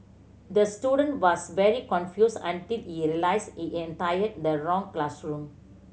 the student was very confused until he he entered the wrong classroom